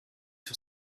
sur